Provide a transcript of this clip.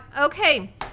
Okay